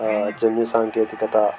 జన్యు సాంకేతికత